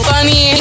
Funny